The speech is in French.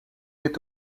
est